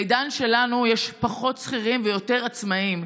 בעידן שלנו יש פחות שכירים ויותר עצמאים.